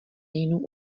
jinou